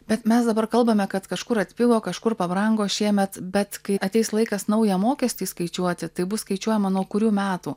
bet mes dabar kalbame kad kažkur atpigo kažkur pabrango šiemet bet kai ateis laikas naują mokestį skaičiuoti taip bus skaičiuojama nuo kurių metų